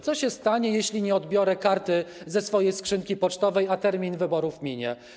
Co się stanie, jeśli nie odbiorę karty ze swojej skrzynki pocztowej, a termin wyborów minie?